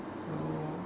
so